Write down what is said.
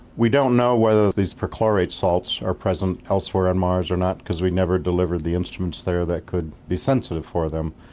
we don't know whether these perchlorate salts are present elsewhere on mars or not because we never delivered the instruments there that could be sensitive for them.